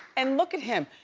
and look at him,